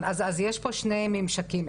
אז יש פה שני ממשקים,